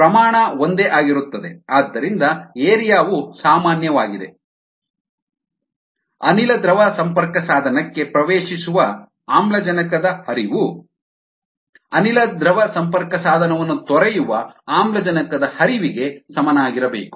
ಪ್ರಮಾಣ ಒಂದೇ ಆಗಿರುತ್ತದೆ ಆದ್ದರಿಂದ ಏರಿಯಾ ವು ಸಾಮಾನ್ಯವಾಗಿದೆ ಅನಿಲ ದ್ರವ ಸಂಪರ್ಕಸಾಧನಕ್ಕೆ ಪ್ರವೇಶಿಸುವ ಆಮ್ಲಜನಕದ ಹರಿವು ಅನಿಲ ದ್ರವ ಸಂಪರ್ಕಸಾಧನವನ್ನು ತೊರೆಯುವ ಆಮ್ಲಜನಕದ ಹರಿವಿಗೆ ಸಮನಾಗಿರಬೇಕು